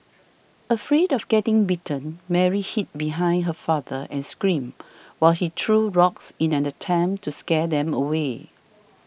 afraid of getting bitten Mary hid behind her father and screamed while he threw rocks in an attempt to scare them away